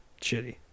shitty